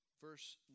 verse